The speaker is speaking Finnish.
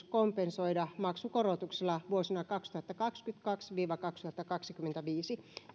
kompensoida maksukorotuksilla vuosina kaksituhattakaksikymmentäkaksi viiva kaksituhattakaksikymmentäviisi